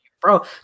bro